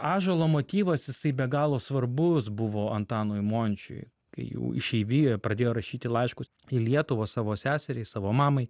ąžuolo motyvas jisai be galo svarbus buvo antanui mončiui kai jau išeivijoje pradėjo rašyti laiškus į lietuvą savo seseriai savo mamai